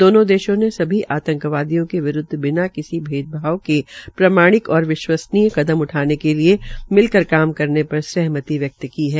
दोनों देशों ने सभी आतंकवादियों के विरूदव बिना किसी भेदभाव के प्रमाणिक और विश्वसनीय कदम उठाने के लिये मिल कर काम करने पर सहमति व्यक्त की है